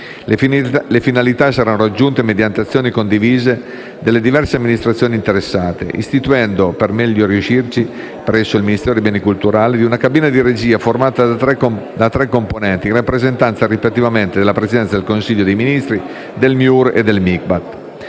Le finalità saranno raggiunte mediante azioni condivise dalle diverse amministrazioni interessate, istituendo, per meglio riuscirvi, presso il Ministero dei beni e delle attività culturali, una cabina di regia formata da tre componenti, in rappresentanza, rispettivamente, della Presidenza del Consiglio dei ministri, del MIUR e del MIBACT.